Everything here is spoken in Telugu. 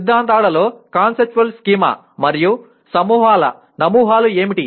సిద్ధాంతాలలో కాన్సెప్చువల్ స్కీమా మరియు నమూనాలు ఏమిటి